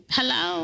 Hello